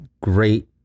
great